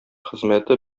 хезмәте